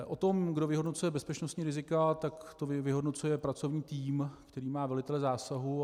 O tom, kdo vyhodnocuje bezpečnostní rizika, tak to vyhodnocuje pracovní tým, který má velitele zásahu.